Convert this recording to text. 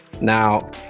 Now